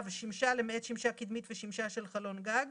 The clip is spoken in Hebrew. שמשה, למעט שמשה קדמית ושמשה של חלון גג.